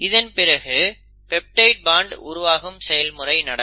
இதன் பிறகு peptide bond உருவாகும் செயல்முறை நடக்கும்